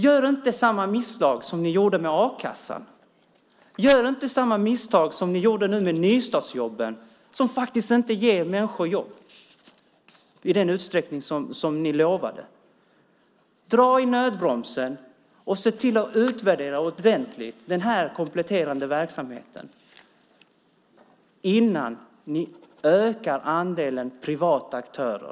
Gör inte samma misstag som det ni gjorde när det gällde a-kassan och gör inte samma misstag som det ni nu gjort när det gäller nystartsjobben som ju inte ger människor jobb i den utsträckning som ni lovat! Dra i nödbromsen och se till att ordentligt utvärdera den här kompletterande verksamheten innan ni ökar andelen privata aktörer!